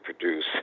produce